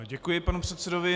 Děkuji panu předsedovi.